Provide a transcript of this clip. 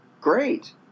Great